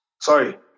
Sorry